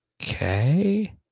Okay